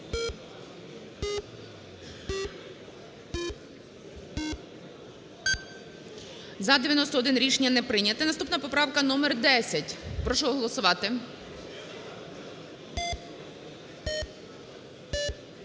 За-91 Рішення не прийняте. Наступна поправка - номер 10. Прошу голосувати. 11:31:32